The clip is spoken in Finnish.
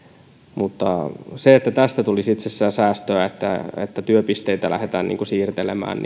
mutta se että tästä tulisi itsessään säästöä että työpisteitä lähdetään siirtämään